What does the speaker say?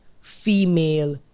female